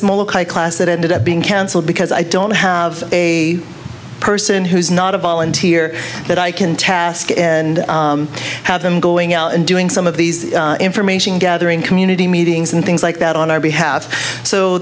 s class that ended up being canceled because i don't have a person who's not a volunteer that i can task and have them going out and doing some of these information gathering community meetings and things like that on our behalf so